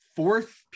fourth